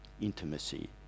intimacy